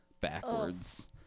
backwards